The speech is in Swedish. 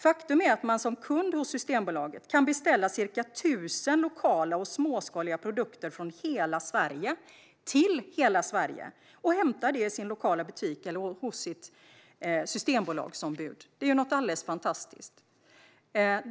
Faktum är att man som kund hos Systembolaget kan beställa ca 1 000 lokala och småskaliga produkter från hela Sverige till hela Sverige och hämta det i sin lokala butik eller hos sitt Systembolagsombud. Det är ju alldeles fantastiskt.